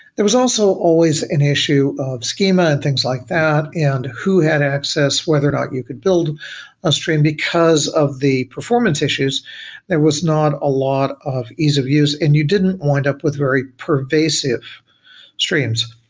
there was also always an issue of schema and things like that and who had access, whether or not you could build a stream, because of the performance issues there was not a lot of ease of use and you didn't wind up with very pervasive streams,